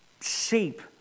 shape